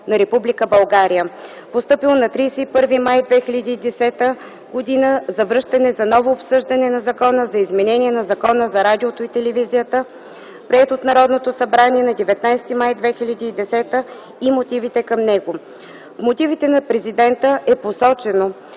България, постъпил на 31 май 2010 г. за връщане за ново обсъждане на Закона за изменение на Закона за радиото и телевизията, приет от Народното събрание на 19 май 2010 г. и мотивите към него. В мотивите на Президента е посочено,